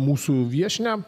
mūsų viešnią